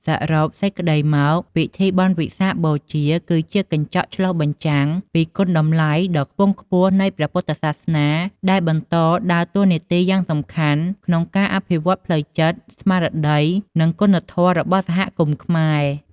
សរុបសេចក្ដីមក ពិធីបុណ្យវិសាខបូជាគឺជាកញ្ចក់ឆ្លុះបញ្ចាំងពីគុណតម្លៃដ៏ខ្ពង់ខ្ពស់នៃព្រះពុទ្ធសាសនា ដែលបន្តដើរតួនាទីយ៉ាងសំខាន់ក្នុងការអភិវឌ្ឍផ្លូវចិត្ត ស្មារតី និងគុណធម៌របស់សហគមន៍ខ្មែរ។